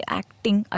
acting